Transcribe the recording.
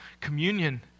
Communion